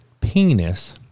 penis